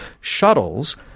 Shuttles